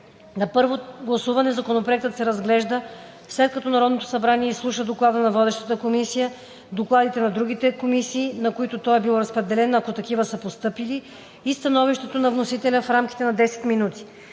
На първо гласуване законопроектът се разглежда, след като Народното събрание изслуша доклада на водещата комисия, докладите на други комисии, на които той е бил разпределен, ако такива са постъпили, и становището на вносителя в рамките на 10 минути.